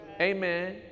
Amen